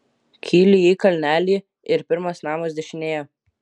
kyli į kalnelį ir pirmas namas dešinėje